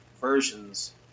versions